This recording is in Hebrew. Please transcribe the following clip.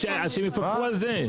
שיפקחו על זה.